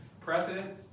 precedent